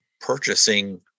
purchasing